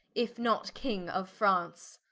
if not king of france.